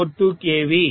42 kV